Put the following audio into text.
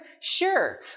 sure